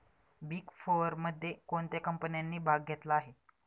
Big फोरमध्ये कोणत्या कंपन्यांनी भाग घेतला आहे?